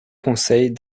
conseils